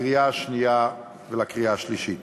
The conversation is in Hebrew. לקריאה השנייה ולקריאה השלישית.